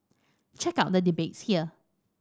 check out the debates here